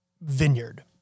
vineyard